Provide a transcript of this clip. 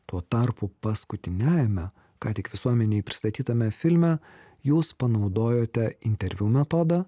tuo tarpu paskutiniajame ką tik visuomenei pristatytame filme jūs panaudojote interviu metodą